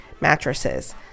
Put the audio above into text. mattresses